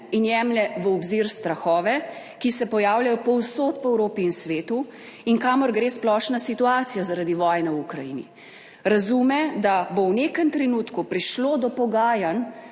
in jemlje v obzir strahove, ki se pojavljajo povsod po Evropi in svetu in kamor gre splošna situacija zaradi vojne v Ukrajini. Razume, da bo v nekem trenutku prišlo do pogajanj